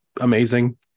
amazing